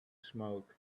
smoke